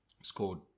scored